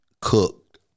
cooked